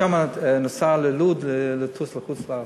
משם הוא נסע ללוד כדי לטוס לחוץ-לארץ,